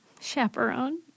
chaperone